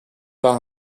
part